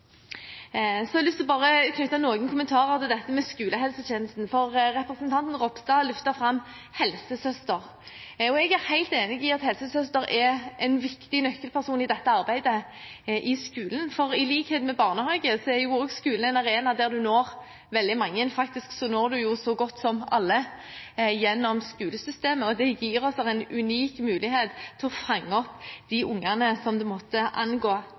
Så har jeg lyst til å knytte noen kommentarer til dette med skolehelsetjenesten, for representanten Ropstad løftet fram helsesøster. Jeg er helt enig i at helsesøster er en viktig nøkkelperson i dette arbeidet i skolen, for i likhet med barnehagen, er også skolen en arena der en når veldig mange – faktisk når en så godt som alle gjennom skolesystemet, og det gir oss en unik mulighet til å fange opp de ungene som det måtte angå.